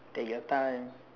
take your time